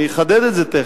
אני אחדד את זה תיכף,